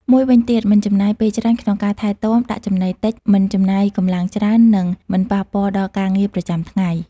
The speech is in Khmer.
មួយវិញទៀត មិនចំណាយពេលច្រើនក្នុងការថែទាំ ដាក់ចំណីតិច មិនចំណាយកម្លាំងច្រើន និងមិនប៉ះពាល់ដល់ការងារប្រចាំថ្ងៃ។